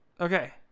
Okay